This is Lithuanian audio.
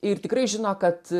ir tikrai žino kad